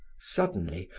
suddenly,